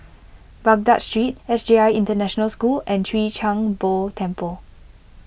Baghdad Street S J I International School and Chwee Kang Beo Temple